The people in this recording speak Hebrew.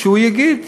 שהוא יגיד: